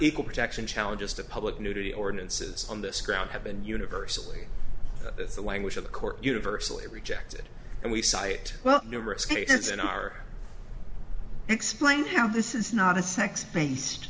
equal protection challenges to public nudity ordinances on this ground have been universally the language of the court universally rejected and we cite well numerous cases in our explain how this is not a sex based